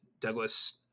Douglas